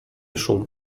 szum